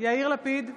יאיר לפיד,